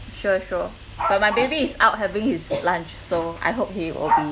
sure sure but my baby is out having his lunch so I hope he will be